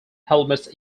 helmets